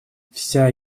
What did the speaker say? вся